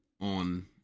on